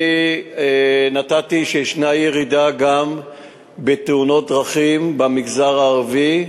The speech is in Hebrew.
אני אמרתי שיש ירידה גם בתאונות דרכים במגזר הערבי,